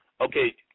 Okay